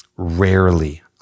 Rarely